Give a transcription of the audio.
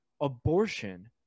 Abortion